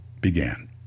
began